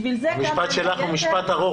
המשפט שלך הוא משפט ארוך.